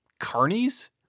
carnies